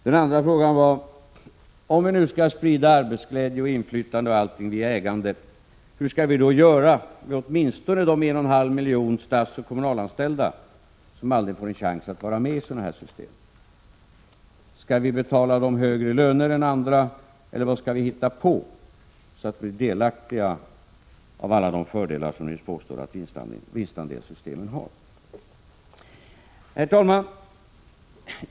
Den andra frågan var: Om vi nu skall sprida arbetsglädje, inflytande osv. via ägande, hur skall vi då göra med de åtminstone 1,5 miljoner statsoch kommunalanställda som aldrig får en chans att vara med i sådana system? Skall vi betala dem högre löner än andra, eller vad skall vi hitta på, så att de får del av alla de fördelar som ni påstår att vinstandelssystemen har? Herr talman!